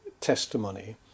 testimony